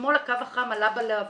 אתמול הקו החם עלה בלהבות,